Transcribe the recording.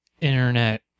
internet